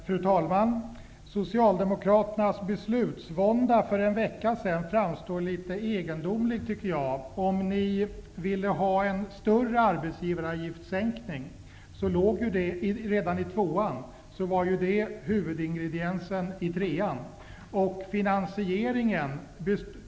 Fru talman! Socialdemokraternas beslutsvånda för en vecka sedan framstår litet egendomlig, tycker jag. Ville ni ha en större arbetsgivaravgiftssänkning? Det förslaget fanns med redan i det andra krispaketet. Det var huvudingrediensen i det tredje paketet.